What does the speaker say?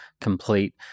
complete